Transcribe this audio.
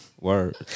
Word